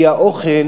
כי האוכל